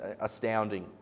astounding